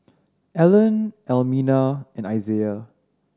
Allen Almina and Isiah